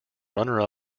runner